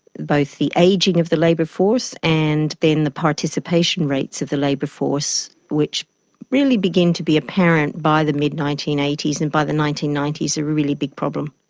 both the ageing of the labour force and then the participation rates of the labour force, which really begin to be apparent by the mid nineteen eighty s, and by the nineteen ninety s are a really big problem.